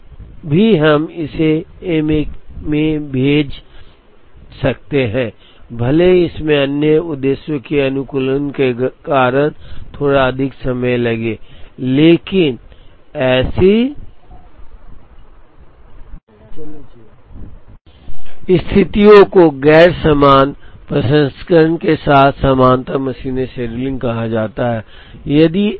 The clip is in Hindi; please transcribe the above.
फिर भी हम इसे M 1 में भेज सकते हैं भले ही इसमें अन्य उद्देश्यों के अनुकूलन के कारण थोड़ा अधिक समय लगे लेकिन ऐसी स्थितियों को गैर समान प्रसंस्करण के साथ समानांतर मशीन शेड्यूलिंग कहा जाता है